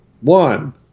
one